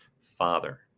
father